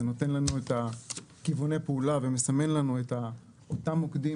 זה נותן לנו את כיווני הפעולה ומסמן לנו את אותם מוקדים